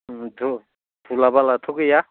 थ' धुला बालाथ' गैया